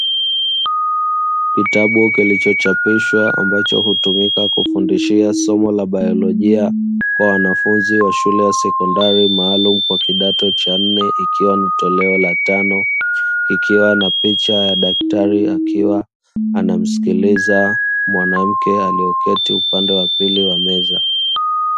Kitabu kilichochapishwa ambacho hutumika kufundishia somo baiolojia, kwa wanafunzi wa shule ya sekondari maalumu kwa kidato cha nne, ikiwa nitoleo la tano. Kikiwa kina picha ya daktari akiwa anamsikiliza mwanamke aliyeketi upande wa pili wa meza.